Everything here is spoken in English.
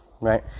right